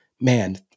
man